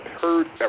heard